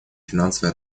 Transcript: финансовые